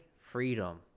freedom